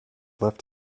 left